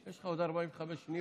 יש לך עוד 45 שניות.